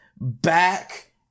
back